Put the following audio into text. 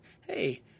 Hey